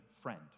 friend